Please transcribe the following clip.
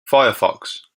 firefox